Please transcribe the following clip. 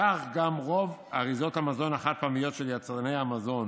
כך גם רוב אריזות המזון החד-פעמיות של יצרני המזון